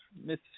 Miss